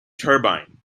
turbine